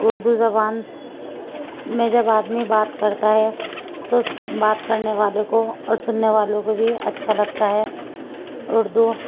اردو زبان میں جب آدمی بات کرتا ہے تو بات کرنے والوں کو اور سننے والوں کو بھی اچھا لگتا ہے اردو